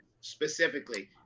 specifically